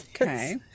Okay